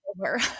over